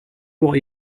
what